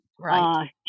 Right